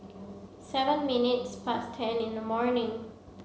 seven minutes past ten in the morning